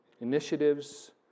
initiatives